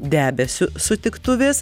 debesiu sutiktuvės